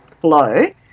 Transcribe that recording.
flow